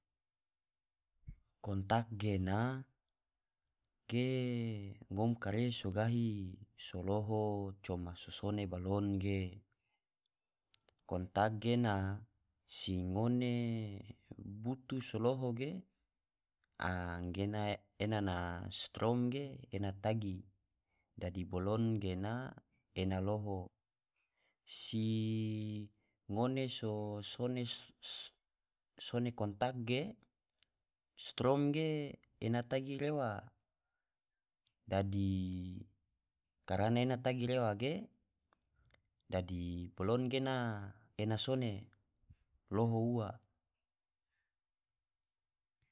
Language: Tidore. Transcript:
Kontak gena ge ngom kare so gahi so loho coma so sone balon ge, kontak gena si ngone butu so loho ge anggena ena na strom ge ena tagi dadi balon gena ena loho, si ngone so sone kontak ge strom ge ena tagi rewa, dadi karana ena tagi rewa ge dadi balon ge ena sone loho ua.